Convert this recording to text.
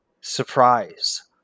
surprise